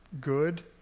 good